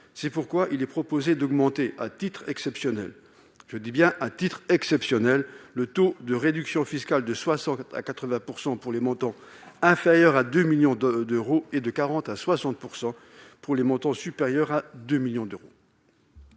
C'est pourquoi il est proposé d'augmenter, à titre exceptionnel- j'y insiste -, le taux de réduction fiscale de 60 % à 80 % pour les montants inférieurs à 2 millions d'euros et de 40 % à 60 % pour les montants supérieurs. L'amendement